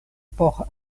por